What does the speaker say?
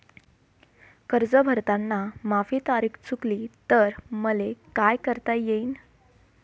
कर्ज भरताना माही तारीख चुकली तर मले का करता येईन?